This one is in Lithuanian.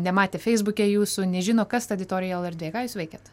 nematė feisbuke jūsų nežino kas ta editorial erdvė ką jūs veikiat